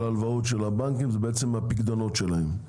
ההלוואות של הבנקים זה הפיקדונות שלהם,